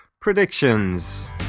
Predictions